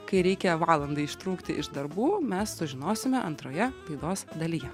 kai reikia valandai ištrūkti iš darbų mes sužinosime antroje laidos dalyje